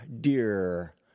dear